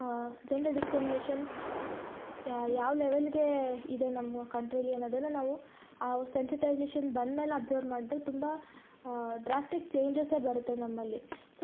gender discrimination ಯಾ ಯಾ ಲೆವೆಲ್ಗೇ ಇದೆ ನಮ್ಮ ಕಂಟ್ರಿನಲ್ಲಿ ಅನ್ನೋದನ್ನ ನಾವು ಆ ಸೆನ್ಸೆಟೈಝೇಷನ್ ಬಂದ ಮೇಲೆ ಅಬ್ಸರ್ವ್ ಮಾಡಿದರೆ ತುಂಬ ಡ್ರಾಸ್ಟಿಕ್ ಚೇಂಜಸ್ಸೇ ಬರತ್ತೆ ನಮ್ಮಲ್ಲಿ ಸೊ ಈ ಥರದೆಲ್ಲ